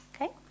Okay